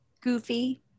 Goofy